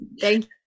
Thank